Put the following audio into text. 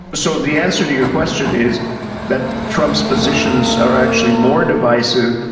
so the answer to your question is that trump's positions are actually more divisive,